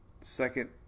second